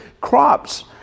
crops